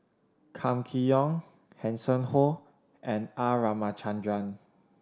Kam Kee Yong Hanson Ho and R Ramachandran